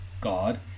god